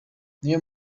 niyo